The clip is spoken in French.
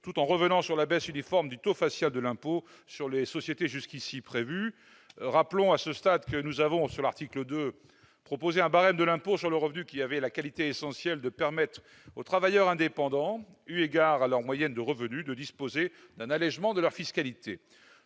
tout en revenant sur la baisse uniforme du taux facial de l'impôt sur les sociétés jusqu'ici prévu. Rappelons à ce stade que nous avons, à l'article 2, proposé un barème de l'impôt sur le revenu qui avait la qualité essentielle de permettre aux travailleurs indépendants, eu égard à leurs revenus moyens, de disposer d'un allégement de leur fiscalité.